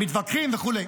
מתווכחים וכו'.